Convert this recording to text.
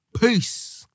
Peace